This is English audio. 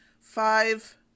five